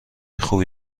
خوبی